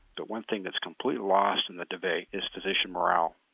the one thing that is completely lost in the debate is physician morale.